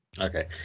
Okay